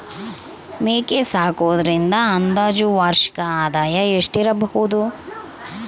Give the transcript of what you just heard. ಮೇಕೆ ಸಾಕುವುದರಿಂದ ಅಂದಾಜು ವಾರ್ಷಿಕ ಆದಾಯ ಎಷ್ಟಿರಬಹುದು?